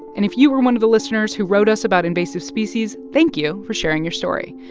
and if you were one of the listeners who wrote us about invasive species, thank you for sharing your story.